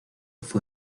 fue